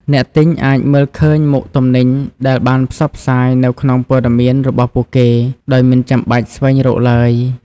អ្នកទិញអាចមើលឃើញមុខទំនិញដែលបានផ្សព្វផ្សាយនៅក្នុងពត៌មានរបស់ពួកគេ ដោយមិនចាំបាច់ស្វែងរកឡើយ។